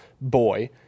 boy